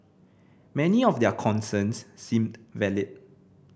many of their concerns seemed valid